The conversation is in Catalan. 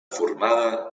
formada